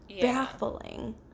baffling